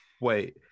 Wait